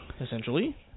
essentially